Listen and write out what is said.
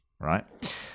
right